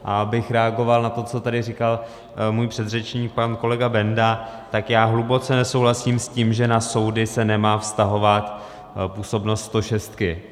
A abych reagoval na to, co tady říkal můj předřečník pan kolega Benda, tak já hluboce nesouhlasím s tím, že na soudy se nemá vztahovat působnost stošestky.